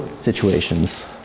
situations